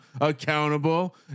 accountable